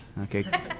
Okay